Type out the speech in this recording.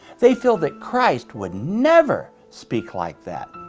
they feel that christ would never speak like that.